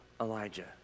Elijah